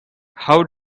how